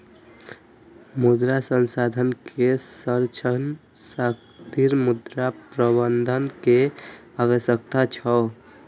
मृदा संसाधन के संरक्षण खातिर मृदा प्रबंधन के आवश्यकता छै